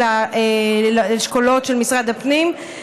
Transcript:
האשכולות של משרד הפנים,